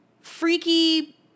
freaky